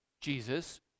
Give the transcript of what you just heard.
Jesus